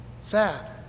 Sad